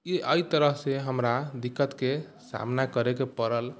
ई एहि तरह से हमरा दिक्कतके सामना करेके पड़ल